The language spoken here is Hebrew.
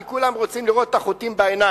כי כולם רוצים לראות את החוטים בעיניים.